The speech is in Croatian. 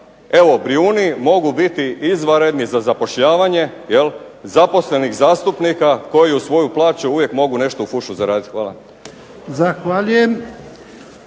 evo Brijuni mogu biti izvanredni za zapošljavanje jel' zaposlenih zastupnika koji uz svoju plaću uvijek mogu nešto u fušu zaraditi. Hvala.